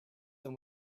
them